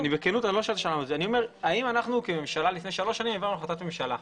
אנחנו כממשלה לפני שלוש שנים העברנו החלטת ממשלה.